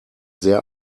sehr